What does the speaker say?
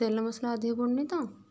ତେଲ ମସଲା ଅଧିକ ପଡ଼ୁନି ତ